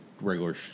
regular